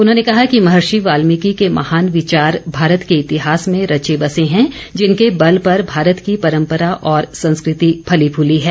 उन्होंने कहा कि महर्षि वाल्मीकि के महान विचार भारत के इतिहास भें रचे बसे हैं जिनके बल पर भारत की परंपरा और संस्कृति फली फूली है